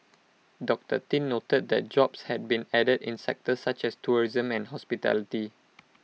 doctor tin noted that jobs had been added in sectors such as tourism and hospitality